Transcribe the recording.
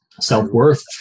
self-worth